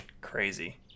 crazy